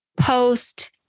post